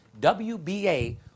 WBA